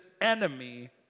enemy